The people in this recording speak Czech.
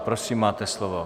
Prosím, máte slovo.